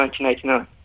1989